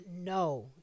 No